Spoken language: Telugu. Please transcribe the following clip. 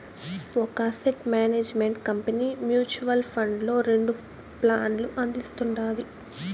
ఒక asset management company mutual funds లో రెండు ప్లాన్లు అందిస్తుండాది